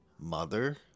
mother